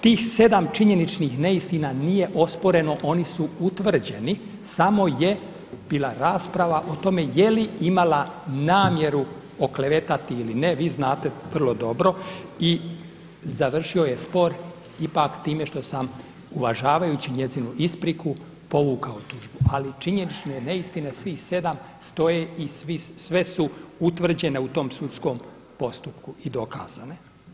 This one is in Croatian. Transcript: Tih sedam činjeničnih neistina nije osporeno, oni su utvrđeni, samo je bila rasprava o tome je li imala namjeru oklevetati ili ne, vi znate vrlo dobro i završio je spor ipak time što sam uvažavajući njezinu ispriku povukao tužbu, ali činjenične neistine svih sedam stoje i sve su utvrđene u tom sudskom postupku i dokazane.